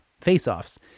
face-offs